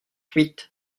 huit